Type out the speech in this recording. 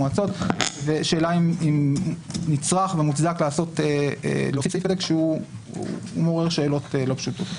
השאלה אם נצרך ומוצדק להוסיף חלק שמעורר שאלות לא פשוטות.